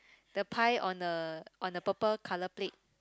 the pie on the on the purple color plate